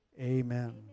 amen